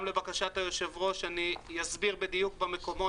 גם לבקשת היושב-ראש אני אסביר בדיוק במקומות